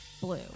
blue